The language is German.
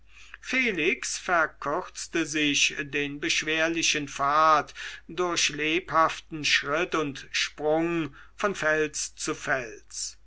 felix verkürzte sich den beschwerlichen pfad durch lebhaften schritt und sprung von fels zu fels